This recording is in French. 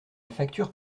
facture